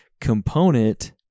component